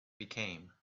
became